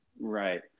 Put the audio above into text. Right